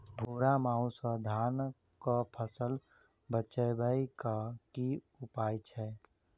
भूरा माहू सँ धान कऽ फसल बचाबै कऽ की उपाय छै?